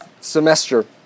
semester